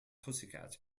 pussycat